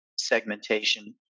segmentation